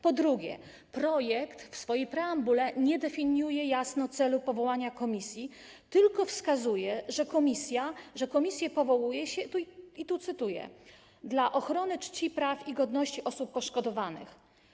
Po drugie, projekt w swojej preambule nie definiuje jasno celu powołania komisji, tylko wskazuje, że komisję powołuje się, i tu cytuję: dla ochrony czci, praw i godności osób poszkodowanych.